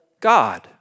God